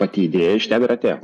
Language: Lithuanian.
pati idėja iš ten ir atėjo